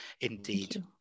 indeed